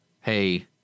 hey